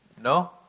No